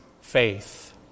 faith